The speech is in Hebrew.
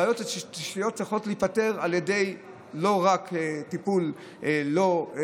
הבעיות התשתיתיות צריכות להיפתר לא רק על ידי טיפול מלמעלה,